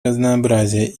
разнообразие